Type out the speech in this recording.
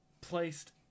placed